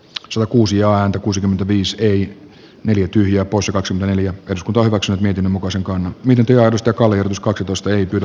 tuo kuusi ääntä kuusikymmentäviisi eli neljä tyhjää poissa kaksi neljä osku torrokset miten muka sekaan niiden johdosta kolin skottitusta ei pidä